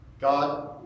God